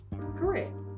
Correct